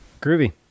Groovy